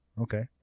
Okay